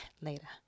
Later